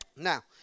Now